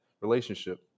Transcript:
relationship